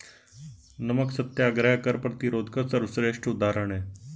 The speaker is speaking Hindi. नमक सत्याग्रह कर प्रतिरोध का सर्वश्रेष्ठ उदाहरण है